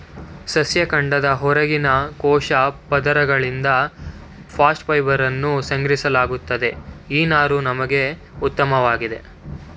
ಸಸ್ಯ ಕಾಂಡದ ಹೊರಗಿನ ಕೋಶ ಪದರಗಳಿಂದ ಬಾಸ್ಟ್ ಫೈಬರನ್ನು ಸಂಗ್ರಹಿಸಲಾಗುತ್ತದೆ ಈ ನಾರು ನಮ್ಗೆ ಉತ್ಮವಾಗಿದೆ